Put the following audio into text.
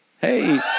Hey